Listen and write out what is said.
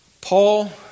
Paul